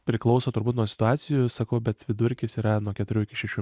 priklauso turbūt nuo situacijų sakau bet vidurkis yra nuo keturių iki šešių